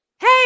Hey